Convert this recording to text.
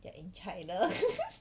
they're in china